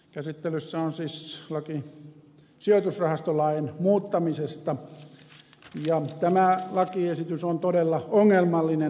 käsittelyssä on siis laki sijoitusrahastolain muuttamisesta ja tämä lakiesitys on todella ongelmallinen